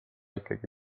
ikkagi